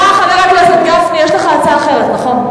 חבר הכנסת גפני, סליחה, יש לך הצעה אחרת, נכון?